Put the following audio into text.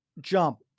jump